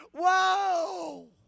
Whoa